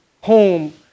home